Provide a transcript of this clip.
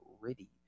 ready